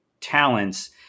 talents